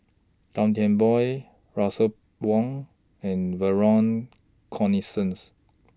Gan Thiam Poh Russel Wong and Vernon Cornelius